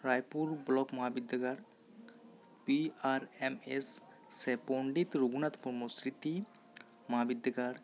Raipur block ᱢᱟᱦᱟ ᱵᱤᱫᱫᱟᱹᱜᱟᱲ P R M S C ᱥᱮ ᱯᱚᱱᱰᱤᱛ ᱨᱚᱜᱷᱩᱱᱟᱛ ᱢᱩᱨᱢᱩ ᱥᱨᱤᱛᱤ ᱢᱚᱦᱟ ᱵᱤᱫᱫᱟᱹᱜᱟᱲ